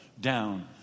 down